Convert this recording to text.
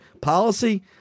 Policy